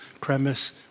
premise